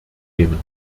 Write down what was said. nehmen